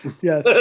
Yes